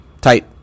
tight